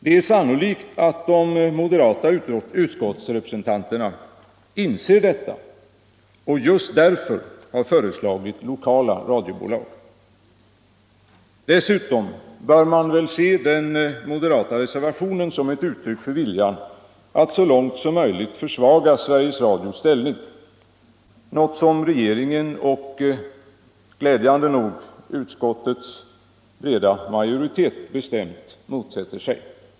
Det är sannolikt att de moderata utskottsrepresentanterna inser detta och just därför har föreslagit lokala radiobolag. Dessutom bör man väl se den moderata reservationen som ett uttryck för viljan att så långt som möjligt försvaga Sveriges Radios ställning, något som regeringen och glädjande nog utskottets breda majoritet motsätter sig.